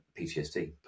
PTSD